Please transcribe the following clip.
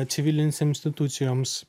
civilinėms institucijoms